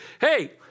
Hey